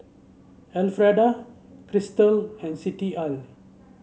Elfreda Krystal and Citlalli